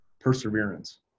perseverance